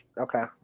Okay